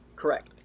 Correct